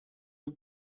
you